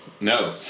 No